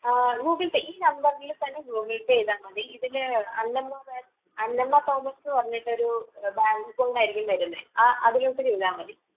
ആ Google Pay ഈ നമ്പറിൽ തന്നെ ഗൂഗിൾ പേ ചെയ്താൽ മതി ഇതില് അന്നമ്മ അന്നമ്മ തോമസ് എന്ന് പറഞ്ഞിട്ടൊരു ബാങ്ക് അക്കൗണ്ടായിരിക്കും വരുന്നത് ആ അതിലോട്ട് ചെയ്താൽ മതി